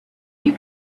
you